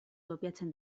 kopiatzen